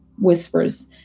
whispers